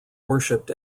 worshiped